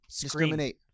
Discriminate